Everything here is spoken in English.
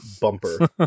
bumper